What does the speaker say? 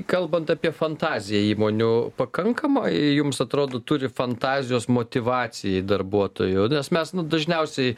kalbant apie fantaziją įmonių pakankama ji jums atrodo turi fantazijos motyvacijai darbuotojų nes mes nu dažniausiai